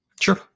Sure